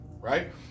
right